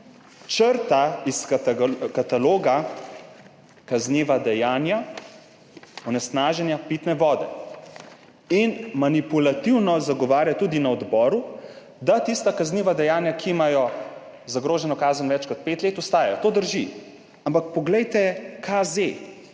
Črta iz kataloga kazniva dejanja onesnaženja pitne vode in manipulativno zagovarja tudi na odboru, da tista kazniva dejanja, ki imajo zagroženo kazen več kot pet let, ostajajo. To drži, ampak poglejte KZ,